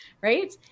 right